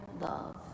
love